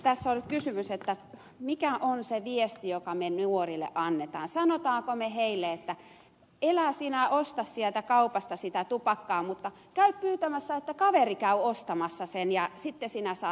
tässä on kysymys siitä mikä on se viesti jonka me nuorille annamme sanommeko me heille että elä sinä osta sieltä kaupasta sitä tupakkaa mutta käy pyytämässä että kaveri käy ostamassa sen ja sitten sinä saat polttaa